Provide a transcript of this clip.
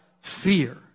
fear